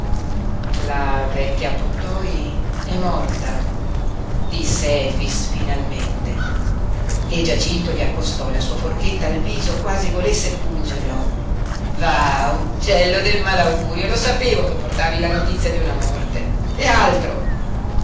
la vecchia pottoi è morta disse efix finalmente e giacinto gli accostò la sua forchetta al viso quasi volesse pungerlo va uccello di malaugurio lo sapevo che portavi la notizia di una morte e altro